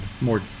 more